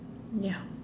ya